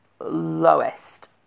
lowest